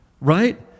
right